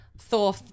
Thor